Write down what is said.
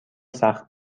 سخت